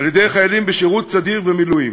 על-ידי חיילים בשירות סדיר ומילואים.